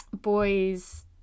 boys